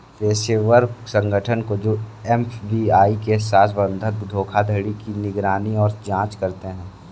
पेशेवर संगठन जो एफ.बी.आई के साथ बंधक धोखाधड़ी की निगरानी और जांच करते हैं